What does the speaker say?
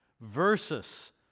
versus